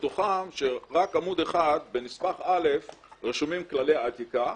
ורק בעמוד אחד, בנספח א', רשומים כללי האתיקה,